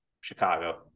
Chicago